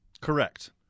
Correct